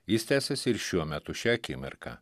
jis tęsiasi ir šiuo metu šią akimirką